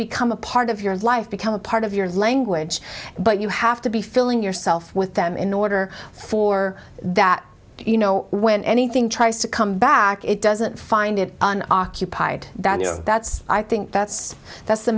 become a part of your life become a part of your language but you have to be filling yourself with them in order for that you know when anything tries to come back it doesn't find it and occupied that that's i think that's that's the